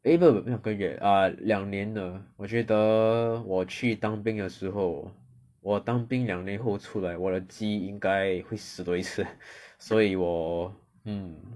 eh 不是不是两个月两年了我觉得我去当兵的时候我当兵两年后出来我的机应该会死多一次所以我 mm